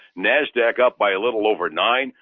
nasdaq up by a little over nine,